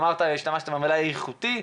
השתמשת במילה איכותיים,